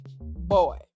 Boy